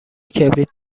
کبریت